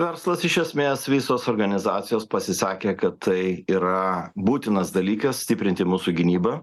verslas iš esmės visos organizacijos pasisakė kad tai yra būtinas dalykas stiprinti mūsų gynybą